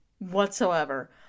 Whatsoever